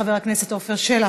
חבר הכנסת עפר שלח,